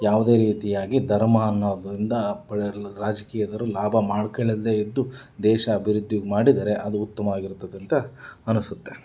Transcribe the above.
ಯಾವುದೇ ರೀತಿಯಾಗಿ ಧರ್ಮ ಅನ್ನೋದರಿಂದ ರಾಜ್ಕೀದವರು ಲಾಭ ಮಾಡ್ಕೊಳ್ದೆ ಇದ್ದು ದೇಶ ಅಭಿವೃದ್ಧಿ ಮಾಡಿದರೆ ಅದು ಉತ್ತಮವಾಗಿರುತ್ತದೆ ಅಂತ ಅನಿಸುತ್ತೆ